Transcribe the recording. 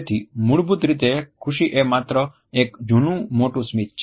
તેથી મૂળભૂત રીતે ખુશી એ માત્ર એક જૂનુ મોટુ સ્મિત છે